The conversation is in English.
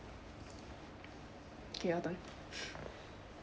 okay your turn